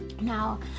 Now